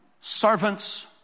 servants